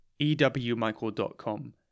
ewmichael.com